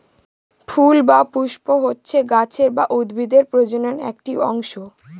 ফুল বা পুস্প হচ্ছে গাছের বা উদ্ভিদের প্রজনন একটি অংশ